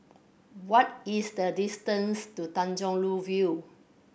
what is the distance to Tanjong Rhu View